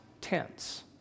tense